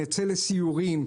נצא לסיורים,